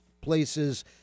places